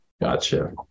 Gotcha